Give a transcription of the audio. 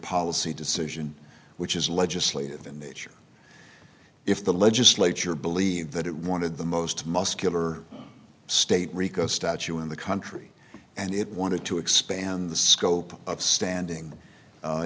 policy decision which is legislative in the nature if the legislature believed that it wanted the most muscular state rico statue in the country and it wanted to expand the scope of standing